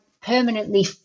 permanently